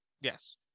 yes